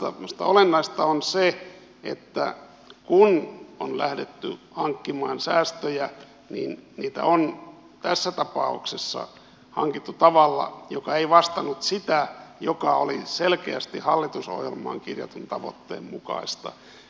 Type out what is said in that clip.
minusta olennaista on se että kun on lähdetty hankkimaan säästöjä niin niitä on tässä tapauksessa hankittu tavalla joka ei vastannut sitä mikä oli selkeästi hallitusohjelmaan kirjatun tavoitteen mukaista